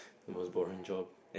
most boring job